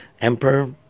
Emperor